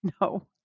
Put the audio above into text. no